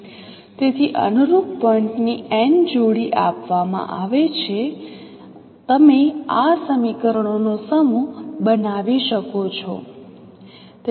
તેથી અનુરૂપ પોઇન્ટની n જોડી આપવામાં આવે છે તમે આ સમીકરણોનો સમૂહ બનાવી શકો છો